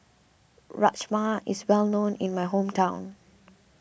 Rajma is well known in my hometown